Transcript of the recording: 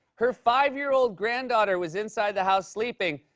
her five year old granddaughter was inside the house, sleeping,